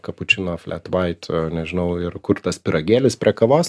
kapučino fletvait nežinau ir kur tas pyragėlis prie kavos